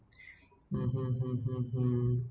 hmm